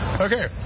Okay